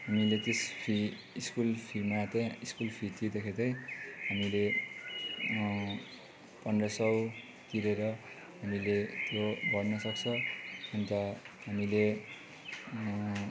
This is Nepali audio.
हामीले त्यस फी स्कुल फीमा चाहिँ स्कुल फी तिर्दाखेरि चाहिँ हामीले पन्ध्र सौ तिरेर हामीले त्यो भर्नसक्छ अन्त हामीले